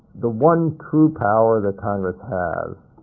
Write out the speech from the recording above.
the one true power that congress has